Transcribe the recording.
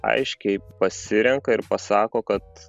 aiškiai pasirenka ir pasako kad